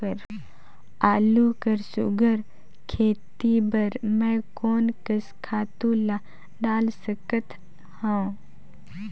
आलू कर सुघ्घर खेती बर मैं कोन कस खातु ला डाल सकत हाव?